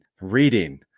reading